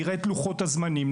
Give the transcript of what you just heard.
נראה את לוחות הזמנים,